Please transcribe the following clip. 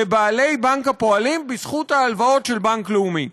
לבעלי בנק הפועלים בזכות ההלוואות של בנק לאומי.